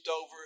over